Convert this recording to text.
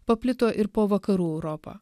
paplito ir po vakarų europą